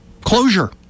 closure